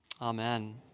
Amen